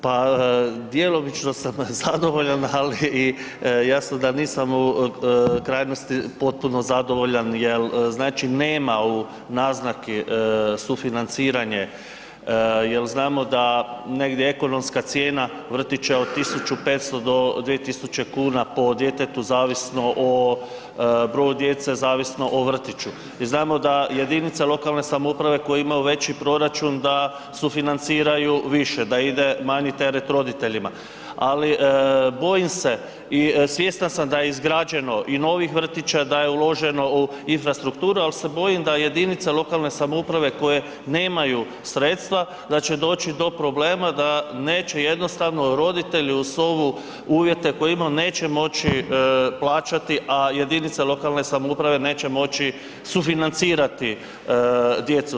Pa djelomično sam zadovoljan, ali i jasno da nisam u krajnosti potpuno zadovoljan jel znači nema u naznaki sufinanciranje, jel znamo da negdje ekonomska cijena vrtića od 1.500 do 2.000 kuna po djetetu zavisno o broju djece, zavisno o vrtiću i znamo da jedinice lokalne samouprave koje imaju veći proračun da sufinanciraju više da ide manji teret roditeljima, ali bojim se i svjestan sam da je izgrađeno i novih vrtića da je uloženo u infrastrukturu, al se bojim da jedinice lokalne samouprave koje nemaju sredstva da će doći do problema da neće jednostavno roditelji uz ovu, uvjete koje imaju neće moći plaćati, a jedinica lokalne samouprave neće moći sufinancirati djecu.